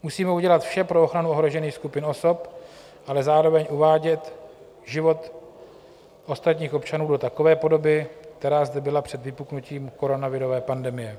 Musíme udělat vše pro ochranu ohrožených skupin osob, ale zároveň uvádět život ostatních občanů do takové podoby, která zde byla před vypuknutím koronavirové pandemie.